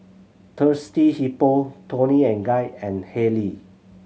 Thirsty Hippo Toni and Guy and Haylee